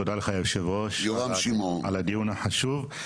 תודה לך יושב הראש על הדיון החשוב.